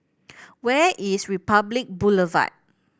where is Republic Boulevard